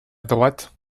droite